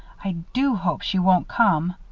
i do hope she won't come.